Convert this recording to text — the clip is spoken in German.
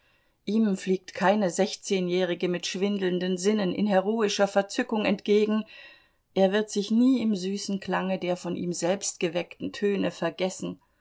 ihm fliegt keine sechzehnjährige mit schwindelnden sinnen in heroischer verzückung entgegen er wird sich nie im süßen klange der von ihm selbst geweckten töne vergessen